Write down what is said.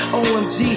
omg